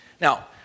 Now